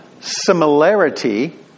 similarity